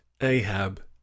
Ahab